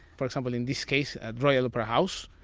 for example, in this case, royal opera house,